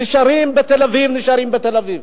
נשארים בתל-אביב, נשארים בתל-אביב.